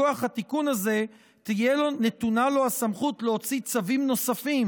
מכוח התיקון הזה תהיה נתונה לו הסמכות להוציא צווים נוספים,